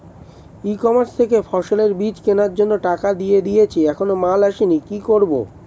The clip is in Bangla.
ই কমার্স থেকে ফসলের বীজ কেনার জন্য টাকা দিয়ে দিয়েছি এখনো মাল আসেনি কি করব?